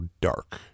dark